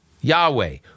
Yahweh